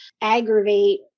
aggravate